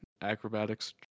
acrobatics